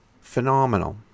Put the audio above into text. phenomenal